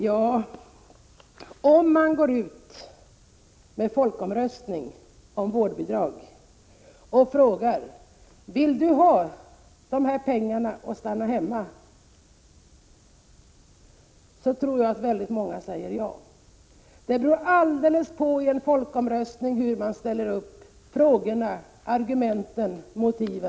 Antag att vi går ut med folkomröstning om vårdnadsbidrag och frågar: Vill du ha de här pengarna och stanna hemma? Då tror jag att väldigt många säger ja. Resultatet av en folkomröstning beror helt på hur man formulerar frågor, argument och motiv.